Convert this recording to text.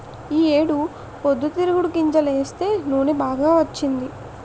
ఈ ఏడు పొద్దుతిరుగుడు గింజలేస్తే నూనె బాగా వచ్చింది